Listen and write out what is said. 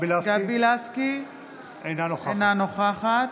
אינה נוכחת